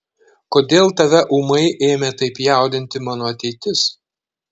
kodėl tave ūmai ėmė taip jaudinti mano ateitis